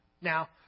Now